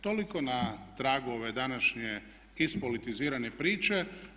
Toliko na tragu ove današnje ispolitizirane priče.